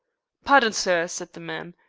pardon, sir, said the man,